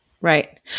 Right